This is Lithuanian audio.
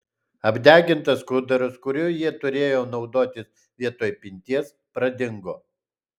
apdegintas skuduras kuriuo jie turėjo naudotis vietoj pinties pradingo